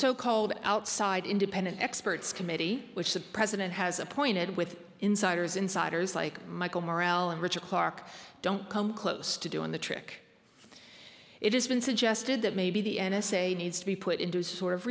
so called outside independent experts committee which the president has appointed with insiders insiders like michael morrell and richard clarke don't come close to doing the trick it has been suggested that maybe the n s a needs to be put into sort of